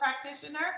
practitioner